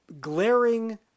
glaring